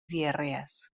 diarrees